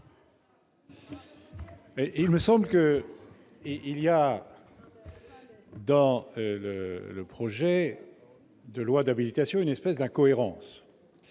Il me semble qu'il y a dans le projet de loi d'habilitation une sorte d'incohérence.